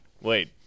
wait